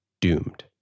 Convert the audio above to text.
doomed